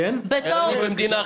כאילו אני במדינה אחרת.